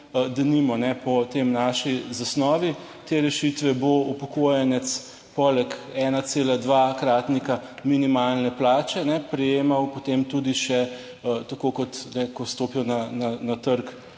denimo po tej naši zasnovi, te rešitve bo upokojenec poleg 1,2-kratnika minimalne plače prejemal potem tudi še tako kot ko stopijo na trg